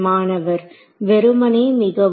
மாணவர் வெறுமனே மிகவும்